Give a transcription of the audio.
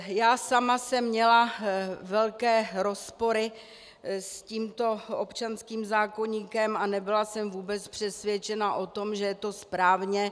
Já sama jsem měla velké rozpory s tímto občanským zákoníkem a nebyla jsem vůbec přesvědčena o tom, že je to správně.